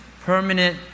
permanent